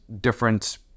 different